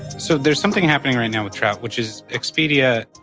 so there's something happening right now with travel, which is expedia,